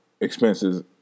expenses